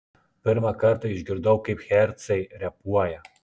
pirmą kartą išgirdau kaip hercai repuoja